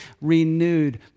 renewed